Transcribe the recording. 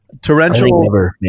Torrential